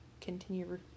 continue